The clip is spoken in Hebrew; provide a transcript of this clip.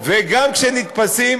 וגם כשנתפסים,